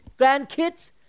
grandkids